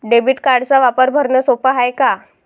Debit कार्डचा वापर भरनं सोप हाय का?